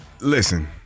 Listen